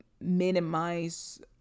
minimize